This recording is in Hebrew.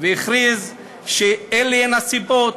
הכריז שאלה הן הסיבות.